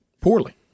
poorly